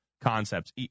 concepts